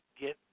get